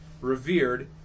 revered